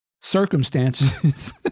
circumstances